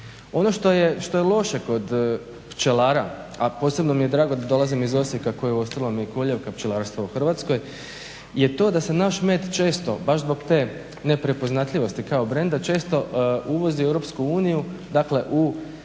Ono što je loše kod pčelara, a posebno mi je drago da dolazim iz Osijeka koji je uostalom i kolijevka pčelarstva u Hrvatskoj je to da se naš med često baš zbog te neprepoznatljivosti kao brenda često uvozi u EU dakle u svojstvu